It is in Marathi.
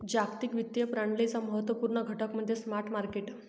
जागतिक वित्तीय प्रणालीचा महत्त्व पूर्ण घटक म्हणजे स्पॉट मार्केट